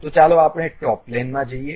તો ચાલો આપણે ટોપ પ્લેનમાં જઈએ